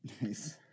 Nice